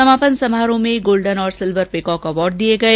समापन समारोह में गोल्डन और सिल्वर पीकॉक अवार्ड दिए गए